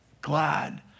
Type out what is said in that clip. glad